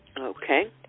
Okay